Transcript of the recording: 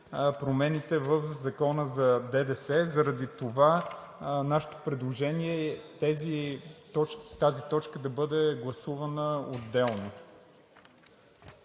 промените в Закона за ДДС. Заради това нашето предложение е тази точка да бъде гласувана отделно.